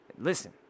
Listen